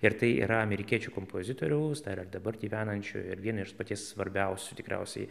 ir tai yra amerikiečių kompozitoriaus dar ir dabar gyvenančio ir vieno iš paties svarbiausių tikriausiai